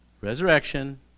resurrection